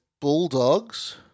Bulldogs